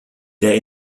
der